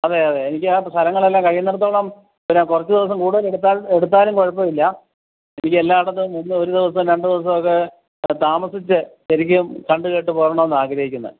അതെ അതെ എനിക്ക് ആ സ്ഥലങ്ങളെല്ലാം കഴിയുന്നിടത്തോളം പിന്നെ കുറച്ച് ദിവസം കൂടുതൽ എടുത്താലും കുഴപ്പമില്ല എനിക്ക് എല്ലായിടത്തും നിന്ന് ഒരു ദിവസം രണ്ട് ദിവസമൊക്കെ താമസിച്ച് ശരിക്കും കണ്ട് കേട്ട് പോരണമെന്നാണ് ആഗ്രഹിക്കുന്നത്